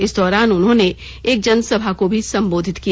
इस दौरान उन्होंने एक जनसभा को भी सम्बोधित किया